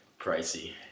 pricey